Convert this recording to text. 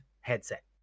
headset